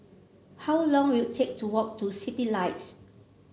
how long will it take to walk to Citylights